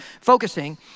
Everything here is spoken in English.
focusing